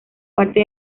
parte